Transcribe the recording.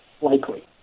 likely